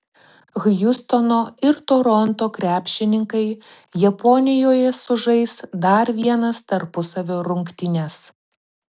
hjustono ir toronto krepšininkai japonijoje sužais dar vienas tarpusavio rungtynes